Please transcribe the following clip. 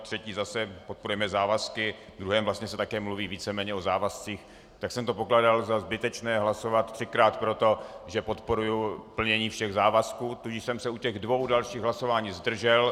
Třetí zase: podporujeme závazky, v druhém vlastně se také mluví víceméně o závazcích, tak jsem pokládal za zbytečné hlasovat třikrát pro to, že podporuji plnění všech závazků, tudíž jsem se u těch dvou dalších hlasování zdržel.